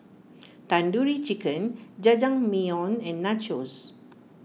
Tandoori Chicken Jajangmyeon and Nachos